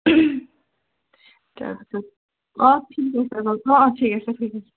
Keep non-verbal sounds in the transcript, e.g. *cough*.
*unintelligible* আছে অঁ ঠিক আছে অঁ অঁ ঠিক আছে ঠিক আছে